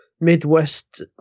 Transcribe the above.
Midwest